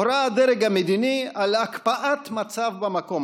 הורה הדרג המדיני על הקפאת מצב במקום,